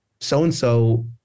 so-and-so